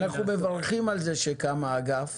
אנחנו מברכים על כך שקם האגף